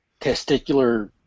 testicular